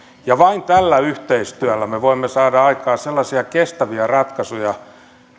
ja vain tällä yhteistyöllä me voimme saada aikaan sellaisia kestäviä ratkaisuja